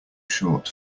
short